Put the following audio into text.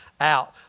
out